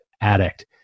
Addict